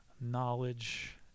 Knowledge